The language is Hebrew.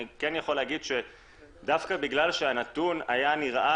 אני יכול להגיד שדווקא בגלל שהנתון היה נראה